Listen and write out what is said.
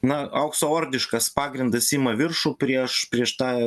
na aukso ordiškas pagrindas ima viršų prieš prieš tą